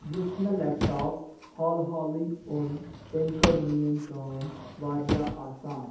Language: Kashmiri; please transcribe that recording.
یُس مےٚ لٮ۪پ ٹاپ حال حالٕے اوٚن تٔمۍ کٔر میٲنۍ کٲم واریاہ آسان